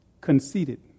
conceited